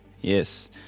Yes